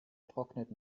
trocknet